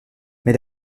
mais